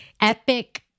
epic